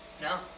No